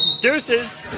deuces